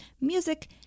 music